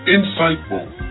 Insightful